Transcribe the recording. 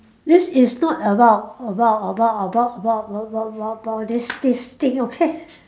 this is not about about about about about about about this this this thing okay